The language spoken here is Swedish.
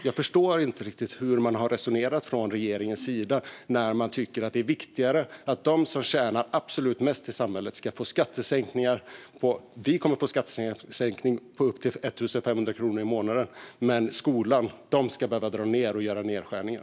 Jag förstår inte riktigt hur regeringen har resonerat när man tycker att det är viktigare att de som tjänar absolut mest i samhället ska få skattesänkningar. Vi här kommer att få en skattesänkning på upp till 1 500 kronor i månaden, men skolan ska behöva dra ned och göra nedskärningar.